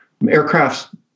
Aircrafts